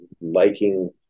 liking